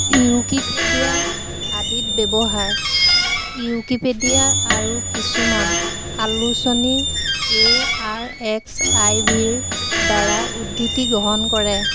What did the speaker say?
Wikipedia আদিত ব্যৱহাৰ Wikipedia আৰু কিছুমান আলোচনীয়ে এ আৰ এক্স আই ভিৰ দ্বাৰা উদ্ধৃতি গ্ৰহণ কৰে